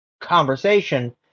conversation